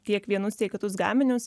tiek vienus tiek kitus gaminius